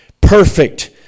perfect